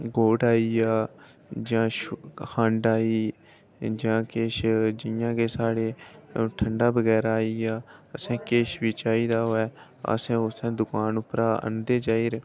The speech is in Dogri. गोठ आई गेआ जां खंड आई गेई जां किश जि'यां के साढ़े ठंड़ा बगैरा आई गेआ असें ई किश बी चाहिदा होऐ असें उत्थैं दकान उप्परां आह्नदे जाई र